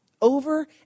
over